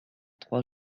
trois